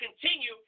continue